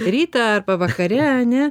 rytą arba vakare ane